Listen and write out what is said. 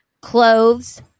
clothes